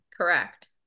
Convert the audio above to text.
Correct